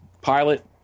pilot